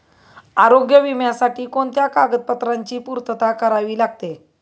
आरोग्य विम्यासाठी कोणत्या कागदपत्रांची पूर्तता करावी लागते?